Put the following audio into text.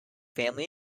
family